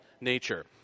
nature